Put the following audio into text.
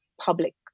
public